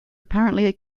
apparently